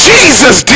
Jesus